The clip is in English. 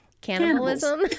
cannibalism